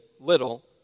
little